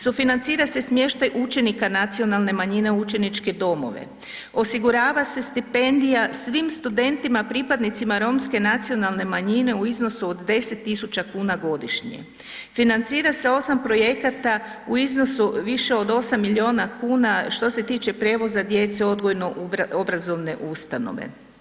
Sufinancira se smještaj učenika nacionalne manjine u učeničke domove, osigurava se stipendija svim studentima pripadnicima romske nacionalne manjine u iznosu od 10.000,00 kn, financira se 8 projekata u iznosu više od 8 milijuna kuna što se tiče prijevoza djece u odgojno obrazovne ustanove.